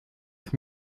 ich